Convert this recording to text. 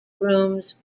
rooms